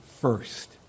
first